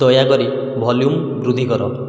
ଦୟାକରି ଭଲ୍ୟୁମ୍ ବୃଦ୍ଧି କର